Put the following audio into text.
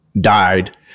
died